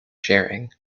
sharing